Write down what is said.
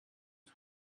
his